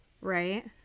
Right